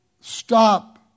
stop